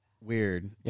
Weird